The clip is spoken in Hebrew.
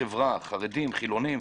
חרדים, חילונים.